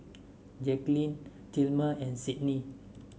Jaquelin Tilman and Sydni